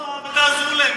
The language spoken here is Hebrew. תיתנו הוראה ותעזרו להם.